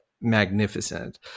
magnificent